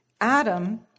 Adam